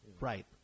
Right